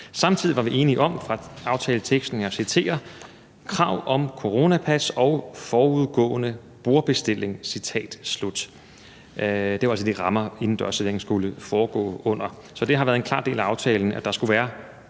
Samtidig var vi enige om i aftaleteksten – og jeg citerer – »krav om coronapas og forudgående bordbestilling«. Det var altså de rammer, indendørs servering skulle foregå under. Så det har været en klar del af aftalen, at der skulle være